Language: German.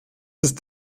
ist